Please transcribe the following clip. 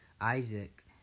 Isaac